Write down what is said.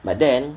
but then